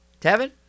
Tevin